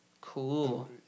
Cool